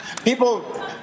People